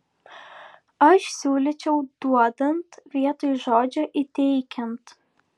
aš siūlyčiau duodant vietoj žodžio įteikiant